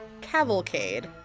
cavalcade